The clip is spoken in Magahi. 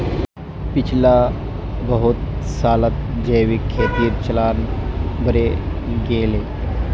पिछला बहुत सालत जैविक खेतीर चलन बढ़े गेले